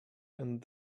and